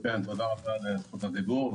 תודה רבה על זכות הדיבור.